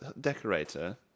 decorator